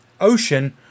ocean